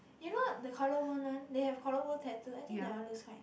you know the collarbone one they have collarbone tattoo I think that one looks quite